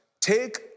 take